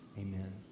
amen